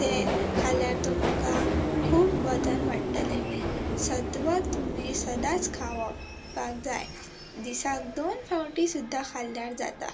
तें खाल्ल्यार तुमकां खूब वजन वाडटलें सत्व तुमी सदांच खावप पाक जाय दिसाक दोन फावटीं सुद्दां खाल्ल्यार जाता